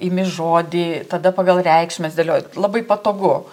imi žodį tada pagal reikšmes dėlioji labai patogu